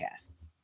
podcasts